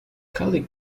kelly